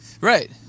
Right